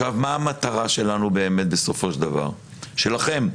מה המטרה שלנו באמת בסופו של דבר, שלכם?